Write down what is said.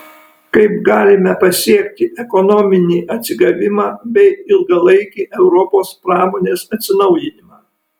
kaip galime pasiekti ekonominį atsigavimą bei ilgalaikį europos pramonės atsinaujinimą